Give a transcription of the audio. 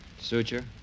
Suture